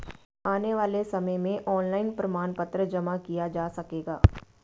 आने वाले समय में ऑनलाइन प्रमाण पत्र जमा किया जा सकेगा